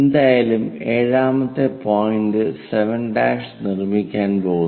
എന്തായാലും ഏഴാമത്തെ പോയിന്റ് 7' നിർമ്മിക്കാൻ പോകുന്നു